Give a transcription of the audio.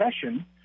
session